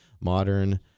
modern